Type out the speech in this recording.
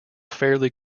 fairly